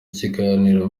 ikiganiro